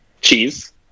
cheese